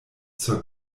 zur